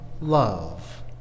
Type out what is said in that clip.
love